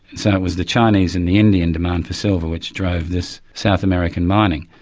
so it was the chinese and the indian demand for silver which drove this south american mining.